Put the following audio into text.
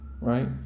Right